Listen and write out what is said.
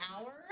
hour